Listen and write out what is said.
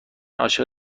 عاشق